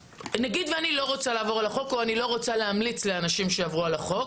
נגיד ואני לא רוצה לעבור על החוק או להמליץ לאנשים לעבור על החוק,